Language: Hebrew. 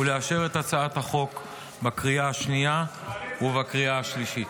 ולאשר את הצעת החוק בקריאה השנייה ובקריאה שלישית.